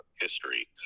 history